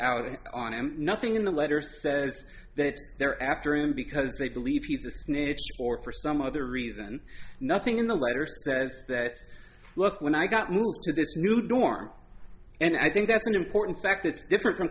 out on him nothing in the letter says that they're after him because they believe he's a snitch or for some other reason nothing in the writer says that look when i got moved to this new dorm and i think that's an important fact it's different